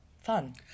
fun